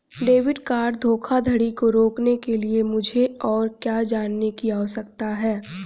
Debit card धोखाधड़ी को रोकने के लिए मुझे और क्या जानने की आवश्यकता है?